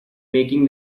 making